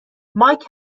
مایک